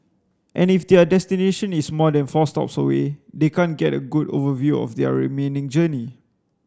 and if their destination is more than four stops away they can't get a good overview of their remaining journey